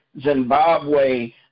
Zimbabwe